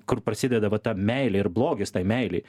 kur prasideda va ta meilė ir blogis tai meilei